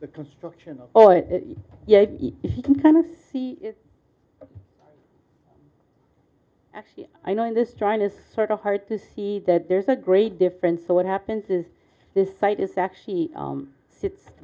the construction of oh yeah you can kind of see it actually i know in this trying to sort of hard to see that there's a great difference so what happens is this site is actually